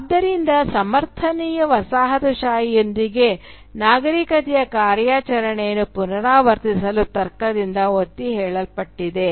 ಆದ್ದರಿಂದ ಸಮರ್ಥನೀಯ ವಸಾಹತುಶಾಹಿಯೊಂದಿಗೆ ನಾಗರಿಕತೆಯ ಕಾರ್ಯಾಚರಣೆಯನ್ನು ಪುನರಾವರ್ತಿಸಲು ತರ್ಕದಿಂದ ಒತ್ತಿಹೇಳಲ್ಪಟ್ಟಿದೆ